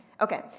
Okay